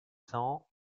cents